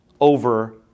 over